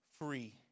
free